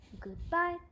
goodbye